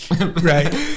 Right